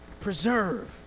preserve